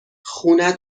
خونه